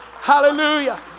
Hallelujah